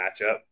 matchup